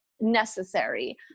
necessary